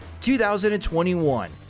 2021